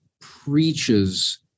preaches